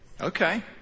Okay